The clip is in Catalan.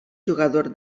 jugador